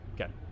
Okay